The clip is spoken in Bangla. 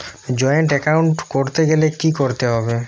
জয়েন্ট এ্যাকাউন্ট করতে গেলে কি করতে হবে?